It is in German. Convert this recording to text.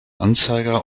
anzeiger